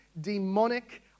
demonic